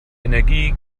energie